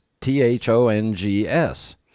T-H-O-N-G-S